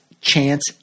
chance